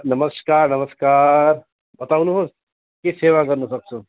नमस्कार नमस्कार बताउनुहोस् के सेवा गर्नसक्छु